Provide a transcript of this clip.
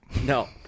no